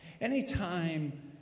Anytime